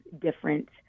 different